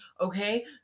okay